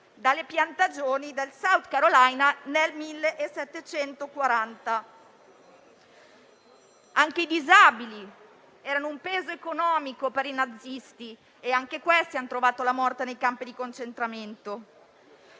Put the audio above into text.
dalle piantagioni del South Carolina nel 1740. Anche i disabili erano un peso economico per i nazisti e anche questi hanno trovato la morte nei campi di concentramento.